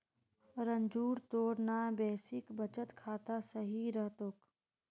रंजूर तोर ना बेसिक बचत खाता सही रह तोक